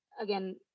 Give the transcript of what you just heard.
again